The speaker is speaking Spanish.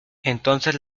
entonces